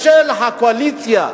בשם הקואליציה?